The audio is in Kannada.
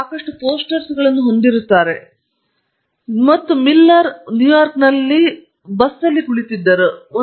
ಅವರು ಸಾಕಷ್ಟು ಪೋಸ್ಟರ್ಗಳನ್ನು ಹೊಂದಿರುತ್ತಾರೆ ಮತ್ತು ಮಿಲ್ಲರ್ ನ್ಯೂಯಾರ್ಕ್ನಲ್ಲಿರುವ ಬಸ್ನಲ್ಲಿ ಕುಳಿತಿದ್ದರು